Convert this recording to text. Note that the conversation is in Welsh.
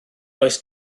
oes